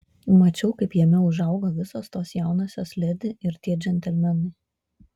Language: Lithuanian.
mačiau kaip jame užaugo visos tos jaunosios ledi ir tie džentelmenai